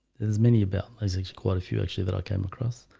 there's many about i think quite a few actually that i came across.